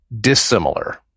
dissimilar